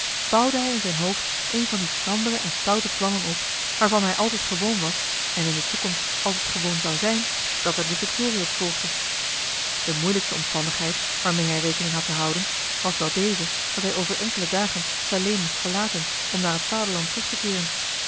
bouwde hij in zijn hoofd een van die schrandere en stoute plannen op waarvan hij altijd gewoon was en in de toekomst altijd gewoon zou zijn dat er de victorie op volgde de moeilijkste omstandigheid waarmee hij rekening had te houden was wel deze dat hij over enkele dagen salé moest verlaten om naar het vaderland terug te keeren